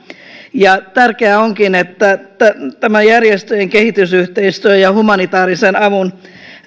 tärkeää onkin että järjestöjen kehitysyhteistyö humanitaarisen avun